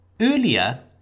Earlier